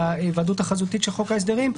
להיוועדות החזותית של חוק ההסדרים.